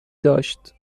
داشت